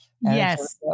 Yes